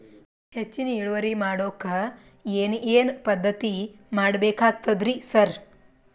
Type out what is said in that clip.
ಹೆಚ್ಚಿನ್ ಇಳುವರಿ ಮಾಡೋಕ್ ಏನ್ ಏನ್ ಪದ್ಧತಿ ಮಾಡಬೇಕಾಗ್ತದ್ರಿ ಸರ್?